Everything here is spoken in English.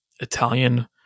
Italian